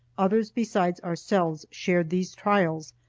others besides ourselves shared these trials,